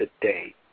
today